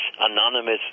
anonymous